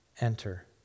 enter